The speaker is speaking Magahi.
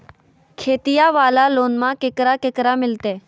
खेतिया वाला लोनमा केकरा केकरा मिलते?